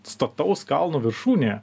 stataus kalno viršūnėje